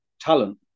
talent